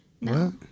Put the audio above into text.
No